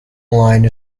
line